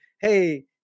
hey